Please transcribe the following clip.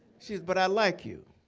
she says, but i like you.